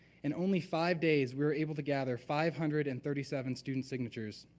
in only five days, we were able to gather five hundred and thirty seven student signatures.